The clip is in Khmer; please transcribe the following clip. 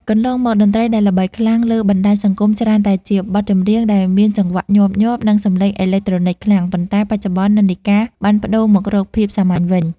កន្លងមក តន្ត្រីដែលល្បីខ្លាំងលើបណ្តាញសង្គមច្រើនតែជាបទចម្រៀងដែលមានចង្វាក់ញាប់ៗ និងសំឡេងអេឡិចត្រូនិកខ្លាំង ប៉ុន្តែបច្ចុប្បន្ននិន្នាការបានប្តូរមករកភាពសាមញ្ញវិញ។